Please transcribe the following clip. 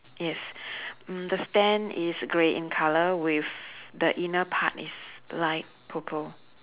yes mm the stand is grey in colour with the inner part is light purple